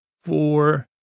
four